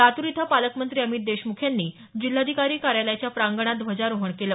लातूर इथं पालकमंत्री अमित देशमुख यांनी जिल्हाधिकारी कार्यालयाच्या प्रांगणात ध्वजारोहण केलं